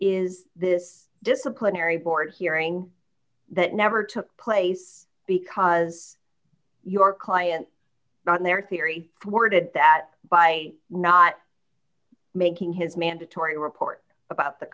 is this disciplinary board hearing that never took place because your client not in their theory worded that by not making his mandatory report about the